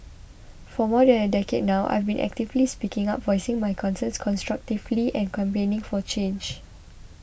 for more than a decade now I've been actively speaking up voicing my concerns constructively and campaigning for change